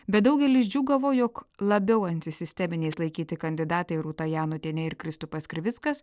bet daugelis džiūgavo jog labiau antisisteminiais laikyti kandidatai rūta janutienė ir kristupas krivickas